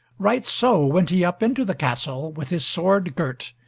right so went he up into the castle, with his sword girt,